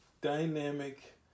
dynamic